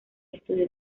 estudió